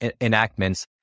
enactments